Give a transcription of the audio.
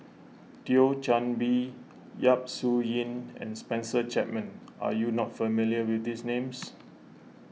Thio Chan Bee Yap Su Yin and Spencer Chapman are you not familiar with these names